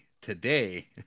today